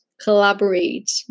collaborate